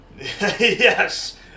Yes